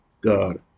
God